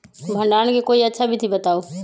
भंडारण के कोई अच्छा विधि बताउ?